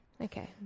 Okay